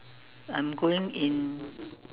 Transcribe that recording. I'm going in